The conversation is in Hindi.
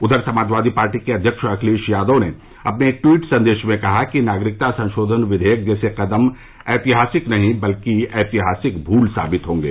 उधर समाजवादी पार्टी के अध्यक्ष अखिलेश यादव ने अपने ट्वीट संदेश में कहा कि नागरिकता संशोधन विषेयक जैसे कदम ऐतिहासिक नहीं बल्कि ऐतिहासिक भूल साबित होंगे